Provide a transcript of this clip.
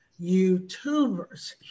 YouTubers